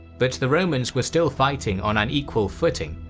but the romans were still fighting on an equal footing,